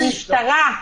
יש משטרה.